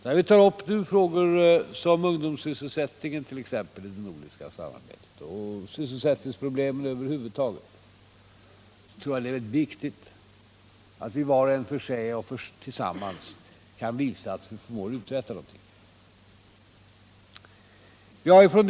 När vi i det nordiska samarbetet tar upp sådana frågor som ungdomssysselsättningen och sysselsättningsproblemen över huvud taget är det viktigt att vi var och en för sig och tillsammans kan visa att vi förmår uträtta någonting.